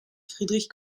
friedrich